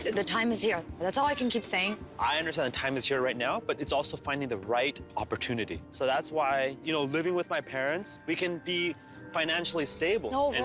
the time is here, that's all i can keep saying. i understand the time is here right now, but it's also finding the right opportunity. so that's why, you know living with my parents, we can be financially stable. no, and